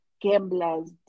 gamblers